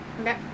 Okay